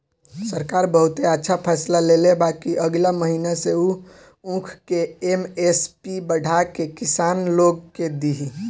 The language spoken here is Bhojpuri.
सरकार बहुते अच्छा फैसला लेले बा कि अगिला महीना से उ ऊख के एम.एस.पी बढ़ा के किसान लोग के दिही